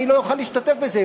אני לא אוכל להשתתף בזה.